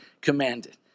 commanded